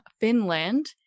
Finland